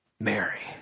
Mary